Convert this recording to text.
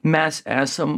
mes esam